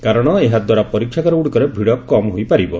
କାରଣ ଏହା ଦ୍ୱାରା ପରୀକ୍ଷାଗାରଗୁଡିକରେ ଭିଡ କମ୍ ହୋଇପାରିବ